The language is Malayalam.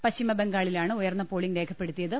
പശ്ചിമബംഗാളിലാണ് ഉയർന്ന പോളിങ് രേഖപ്പെടുത്തിയത്